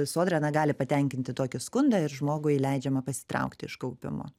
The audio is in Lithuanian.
sodra na gali patenkinti tokį skundą ir žmogui leidžiama pasitraukti iš kaupimo